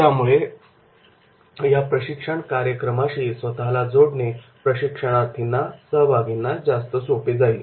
त्यामुळे या प्रशिक्षण कार्यक्रमाशी स्वतःला जोडणे प्रशिक्षणार्थींना सहभागींना जास्त सोपे जाईल